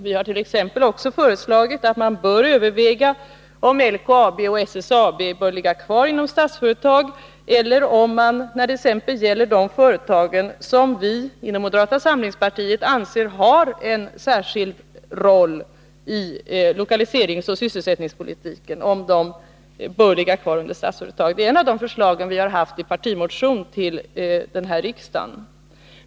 Vi har t.ex. föreslagit att man skall överväga om LKAB och SSAB bör ligga kvar inom Statsföretagsgruppen eller om t.ex. de företag som vi inom moderata samlingspartiet anser ha en särskild roll i lokaliseringsoch sysselsättningspolitiken bör ligga kvar. Det är ett av de förslag vi har fört fram i en partimotion till riksdagen.